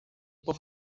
por